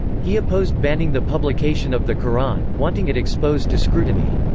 he opposed banning the publication of the qur'an, wanting it exposed to scrutiny.